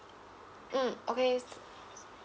mm okay yes